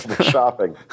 shopping